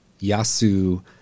Yasu